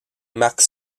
marc